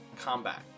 combat